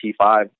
T5